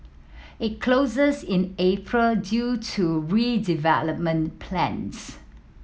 it closes in April due to redevelopment plans